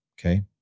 okay